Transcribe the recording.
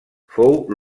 fou